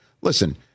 Listen